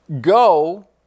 go